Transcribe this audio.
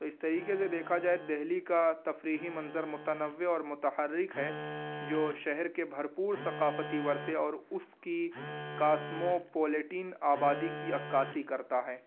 تو اس طریقے سے دیکھا جائے دلی کا تفریحی منظر متنوع اور متحرک ہے جو شہر کے بھرپور ثقافتی ورثے اور اس کی کاسموپولیٹن آبادی کی عکاسی کرتا ہے